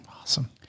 Awesome